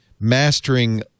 mastering